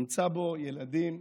אמצא בו ילדים,